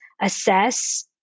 assess